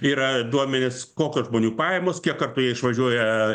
yra duomenys kokios žmonių pajamos kiek kartų jie išvažiuoja